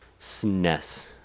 snes